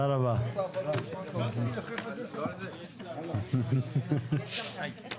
הישיבה ננעלה בשעה 13:30.